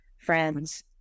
friends